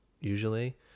usually